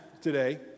today